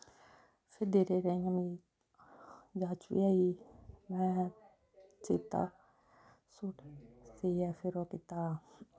फ्ही धीरे धीरे मिगी इ'यां जाच बी आई गेई में सीता सूट सियै फिर ओह् कीता